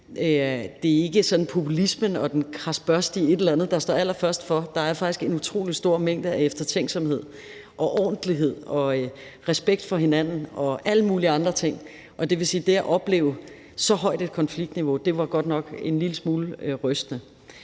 det, sådan populismen og den kradsbørstige et eller andet, der står allerførst for. Der er faktisk en utrolig stor mængde af eftertænksomhed og ordentlighed og respekt for hinanden og alle mulige andre ting, og det at opleve så højt et konfliktniveau var godt nok en lille smule rystende.